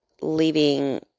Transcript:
leaving